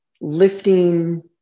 lifting